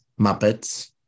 Muppets